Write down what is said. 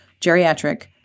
Geriatric